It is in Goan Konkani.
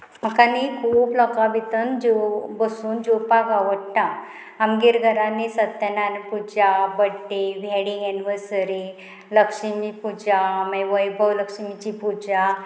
म्हाका न्ही खूब लोकां भितर जेव बसून जेवपाक आवडटा आमगेर घरांनी सत्यनान पुजा birthday wedding anniversary Lakshmi Puja मागीर वैभव लक्ष्मीची पुजा